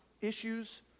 issues